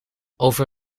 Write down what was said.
over